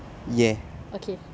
okay